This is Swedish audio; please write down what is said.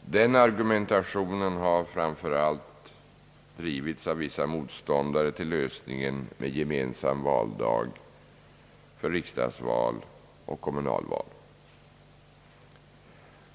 Denna argumentering har framför allt drivits av vissa motståndare till lösningen med gemensam valdag för riksdagsval och kommunalval.